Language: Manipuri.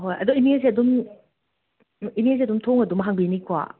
ꯍꯣꯏ ꯑꯗꯣ ꯏꯅꯦꯁꯦ ꯑꯗꯨꯝ ꯏꯅꯦꯁꯦ ꯑꯗꯨꯝ ꯊꯣꯡ ꯑꯗꯨꯝ ꯍꯥꯡꯕꯤꯅꯤꯀꯣ